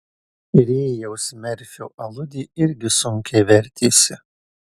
rėjaus merfio aludė irgi sunkiai vertėsi